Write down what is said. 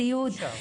ציוד.